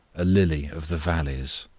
a lily of the valleys.